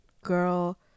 girl